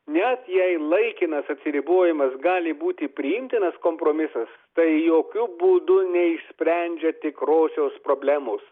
net jei laikinas atsiribojimas gali būti priimtinas kompromisas tai jokiu būdu neišsprendžia tikrosios problemos